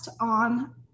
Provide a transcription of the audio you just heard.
on